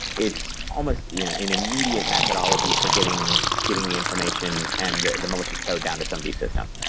it's almost you know an immediate methodology for getting getting the information and the the malicious code down to somebody's system.